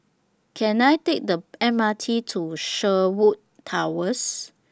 Can I Take The M R T to Sherwood Towers